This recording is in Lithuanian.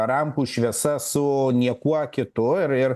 rampų šviesa su niekuo kitu ir ir